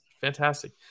fantastic